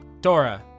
Dora